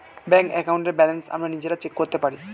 bank অ্যাকাউন্টের balance আমরা নিজেরা চেক করতে পারি